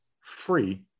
free